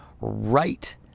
right